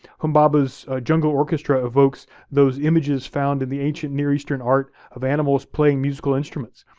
humbaba's jungle orchestra evokes those images found in the ancient near-eastern art of animals playing musical instruments.